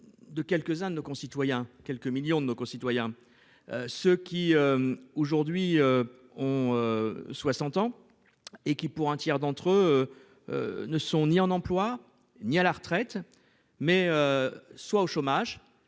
De quelques-uns de nos concitoyens. Quelques millions de nos concitoyens. Ceux qui. Aujourd'hui ont. 60 ans et qui pour un tiers d'entre eux. Ne sont ni en emploi, ni à la retraite mais. Soit au chômage,